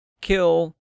kill